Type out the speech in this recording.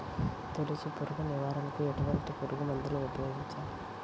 తొలుచు పురుగు నివారణకు ఎటువంటి పురుగుమందులు ఉపయోగించాలి?